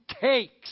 takes